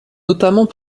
notamment